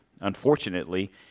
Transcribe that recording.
Unfortunately